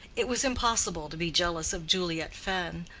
it was impossible to be jealous of juliet fenn,